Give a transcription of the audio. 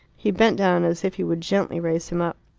he bent down, as if he would gently raise him up.